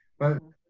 what,